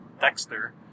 Dexter